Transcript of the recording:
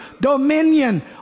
dominion